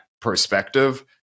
perspective